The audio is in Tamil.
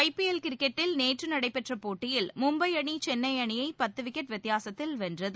ஐ பி எல் கிரிக்கெட் போட்டியில் நேற்று நடைபெற்ற போட்டியில் மும்பை அணி சென்னை அணியை பத்து விக்கெட் வித்தியாசத்தில் வென்றது